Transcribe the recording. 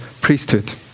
priesthood